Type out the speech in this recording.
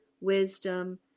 wisdom